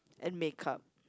and make-up